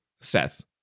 Seth